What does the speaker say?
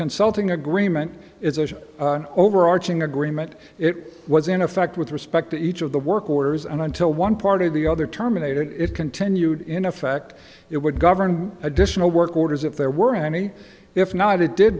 consulting agreement is an overarching agreement it was in effect with respect to each of the work orders and until one part of the other terminated it continued in effect it would govern additional work orders if there were any if not it did